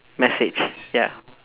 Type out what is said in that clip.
message ya